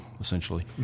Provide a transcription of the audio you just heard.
essentially